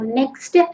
next